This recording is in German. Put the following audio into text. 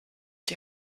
die